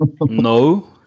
No